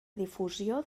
difusió